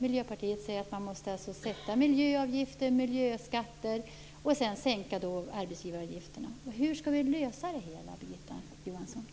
Miljöpartiet säger alltså att det är nödvändigt att ha miljöavgifter och miljöskatter och att sänka arbetsgivaravgifterna. Hur skall vi lösa det hela, Birgitta Johansson?